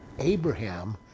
Abraham